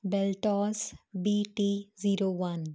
ਬੈਲਟਾਸ B T zero one